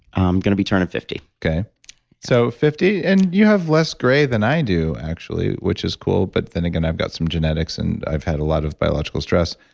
i'm going to be turning fifty point so, fifty, and you have less gray than i do, actually, which is cool, but then again i've got some genetics and i've had a lot of biological stress.